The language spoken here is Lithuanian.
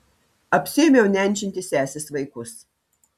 apsiėmiau nenčinti sesės vaikus